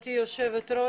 גברתי יושבת הראש,